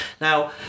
Now